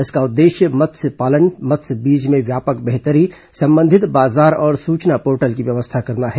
इसका उद्देश्य मत्स्य पालन मत्स्य बीज में व्यापक बेहतरी संबंधित बाजार और सूचना पोर्टल की व्यवस्था करना है